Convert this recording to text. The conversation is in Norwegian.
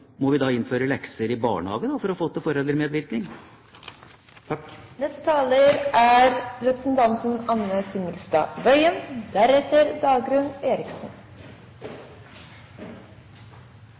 må vi da også innføre lekser i barnehagen for å få til